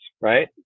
right